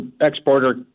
exporter